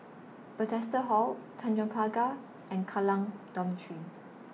Bethesda Hall Tanjong Pagar and Kallang Dormitory